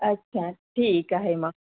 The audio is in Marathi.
अच्छा ठीक आहे मग